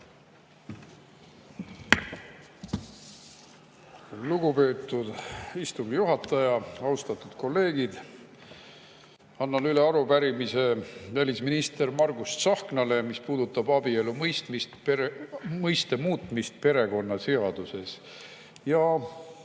Lugupeetud istungi juhataja! Austatud kolleegid! Annan üle arupärimise välisminister Margus Tsahknale. See puudutab abielu mõiste muutmist perekonnaseaduses ja